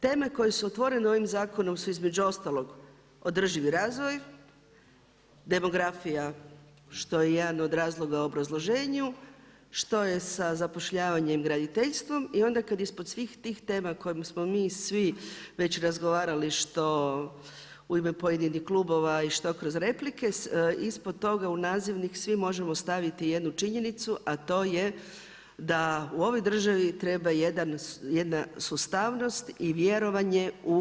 Teme koje su otvorene ovim zakonom su između ostalog održivi razvoj, demografija što je jedan od razloga obrazloženju, što je sa zapošljavanjem i graditeljstvom, i onda kad ispod svih tih tema kojom smo mi svi već razgovarali što u ime pojedinih klubova i što kroz replike, ispod toga nazivnik svi možemo staviti jednu činjenicu a to je da u ovoj državi treba jedna sustavnost i vjerovanje.